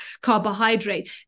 carbohydrate